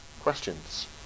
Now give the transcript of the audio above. questions